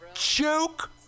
Joke